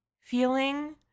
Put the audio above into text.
feeling